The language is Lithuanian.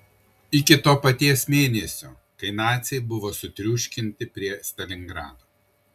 iki to paties mėnesio kai naciai buvo sutriuškinti prie stalingrado